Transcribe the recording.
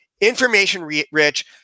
information-rich